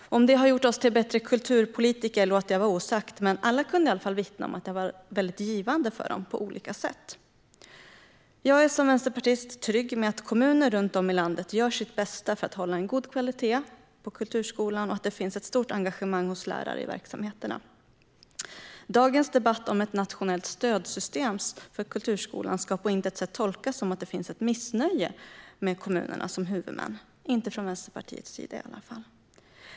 Om det har gjort oss till bättre kulturpolitiker låter jag vara osagt, men alla kunde i varje fall vittna om att det varit väldigt givande för dem på olika sätt. Jag är som vänsterpartist trygg med att kommuner runt om i landet gör sitt bästa för att hålla en god kvalitet på kulturskolan och att det finns ett stort engagemang hos lärare i verksamheterna. Dagens debatt om ett nationellt stödsystem för kulturskolan ska på intet sätt tolkas som att det finns ett missnöje med kommunerna som huvudmän, inte från Vänsterpartiets sida i varje fall.